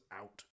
out